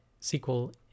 SQL